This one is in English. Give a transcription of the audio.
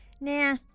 Nah